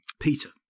Peter